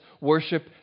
worship